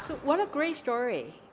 what a great story.